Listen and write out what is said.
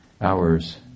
hours